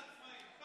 לעצמאים.